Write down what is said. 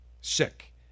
sick